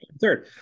third